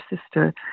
sister